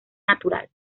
natural